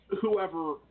whoever